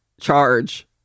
charge